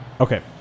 Okay